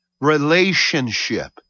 relationship